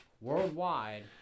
Worldwide